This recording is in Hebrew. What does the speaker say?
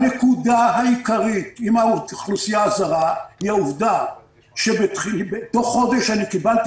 הנקודה העיקרית עם האוכלוסייה הזרה היא העובדה שתוך חודש אני קיבלתי